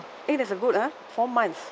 it is a good ah four months